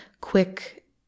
quick